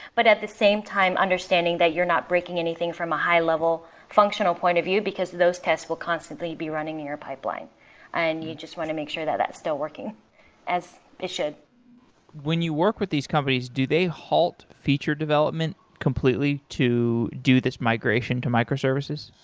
but at the same time, understanding that you're not breaking anything from a high level functional point of view because those tests will constantly be running in your pipeline and you just want to make sure that that's still working as it should when you work with these companies, do they halt feature development completely to do this migration to microservices?